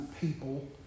people